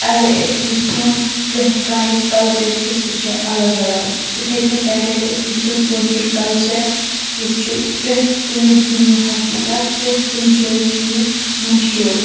اگر أسۍ وُچھو پرٛتھ کانٛہہ یُس کَلچَر چھُ سُہ چھُ اَلَگ اَلَگ یِتھٕے پٲٹھۍ اَگَرے أسۍ وُچھو کٲشُر کَلچَر یُس چھُ پرٛتھ کُنہِ دُنیاہَس مطلب پرٛتھ کُنہِ شایہِ چھُ یہِ مشہوٗر